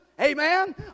Amen